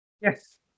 yes